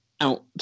out